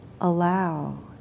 Allow